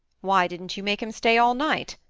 why didn't you make him stay all night.